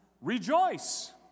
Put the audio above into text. Rejoice